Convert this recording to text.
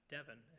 Devin